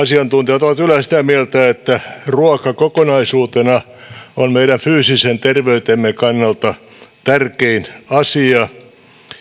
asiantuntijat ovat yleensä sitä mieltä että ruoka kokonaisuutena on meidän fyysisen terveytemme kannalta tärkein asia